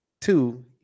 Two